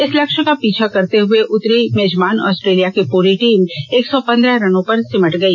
इस लक्ष्य का पीछा करने उतरी मेजबान ऑस्ट्रेलिया की पूरी टीम एक सौ पंद्रह रनों पर सिमट गई